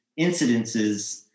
incidences